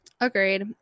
agreed